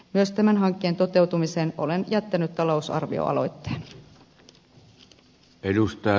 myös tämän hankkeen toteutumisesta olen jättänyt talousarvioaloitteen